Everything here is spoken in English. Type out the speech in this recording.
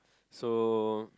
so